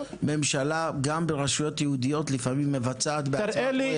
גם ברשויות יהודיות, הממשלה לפעמים מבצעת בעצמה.